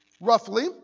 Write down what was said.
roughly